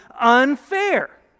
unfair